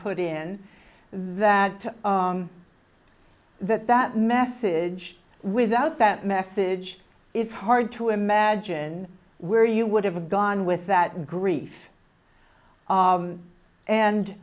put in that that that message without that message it's hard to imagine where you would have gone with that grief